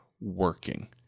working